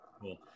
Cool